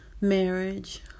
marriage